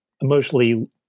emotionally